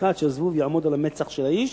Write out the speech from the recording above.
חיכה עד שהזבוב יעמוד על המצח של האיש,